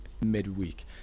midweek